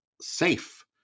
safe